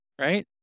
right